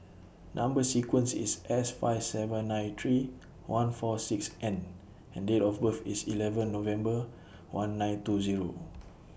Number sequence IS S five seven nine three one four six N and Date of birth IS eleven November one nine two Zero